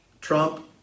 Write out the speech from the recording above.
Trump